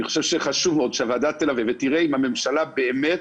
אני חשוב שחשוב מאוד שהוועדה תלווה ותראה אם הממשלה באמת